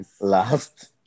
Last